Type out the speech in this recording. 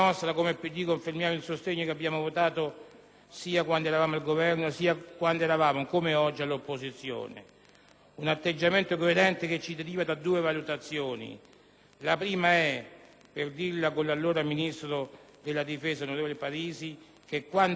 Un atteggiamento coerente che ci deriva da due valutazioni. La prima è che, per dirla con le parole dell'allora Ministro della difesa, onorevole Arturo Parisi, «quando un Paese assume una decisione, quando formalizza un impegno, ne deriva che la capacità di portare a termine tale impegno